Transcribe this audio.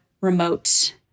remote